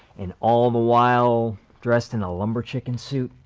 and all the while dressed in a lumber chicken suit.